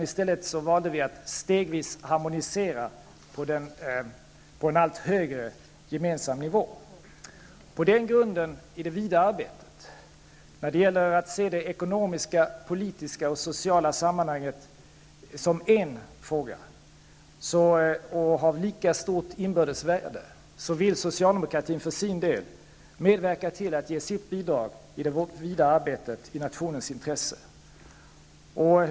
I stället valde vi att stegvis harmonisera på en allt högre gemensam nivå. I det vidare arbetet, när det gäller att se det ekonomiska, det politiska och det sociala sammanhanget som en fråga med lika stora inbördes värden, vill socialdemokratin för sin del medverka till att ge sitt bidrag i det vidare arbetet i nationens intresse.